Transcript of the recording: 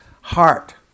heart